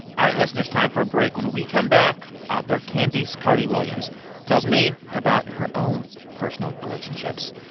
all right, listeners. time for a break. when we come back, author candice carty-williams tells me about her own personal relationships.